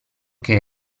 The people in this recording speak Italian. che